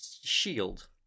shield